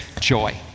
joy